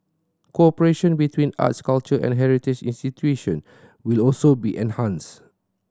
cooperation between arts culture and heritage institution will also be enhanced